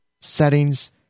settings